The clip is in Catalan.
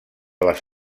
les